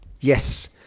Yes